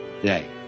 today